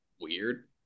weird